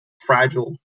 fragile